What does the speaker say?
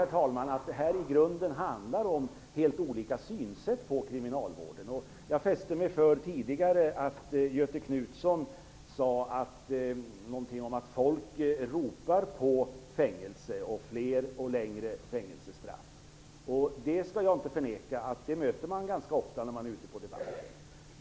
Jag tror att detta i grunden handlar om helt olika synsätt på kriminalvården. Jag fäste mig tidigare vid att Göthe Knutson sade något om att folk ropar på fler och längre fängelsestraff. Jag skall inte förneka att man ganska ofta möter detta när man är ute på debatter.